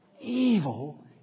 Evil